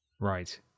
Right